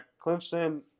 Clemson